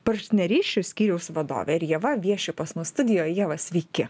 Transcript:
paršnerysčių skyriaus vadove ir ieva vieši pas mus studijoj ieva sveiki